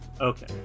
Okay